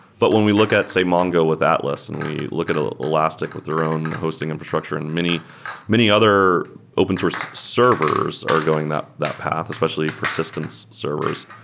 but when we look at, say, mongo with atlas and we look at ah elastic with their own hosting infrastructure and many many other open source servers are going that that path, especially persistence servers,